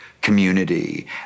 community